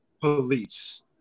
police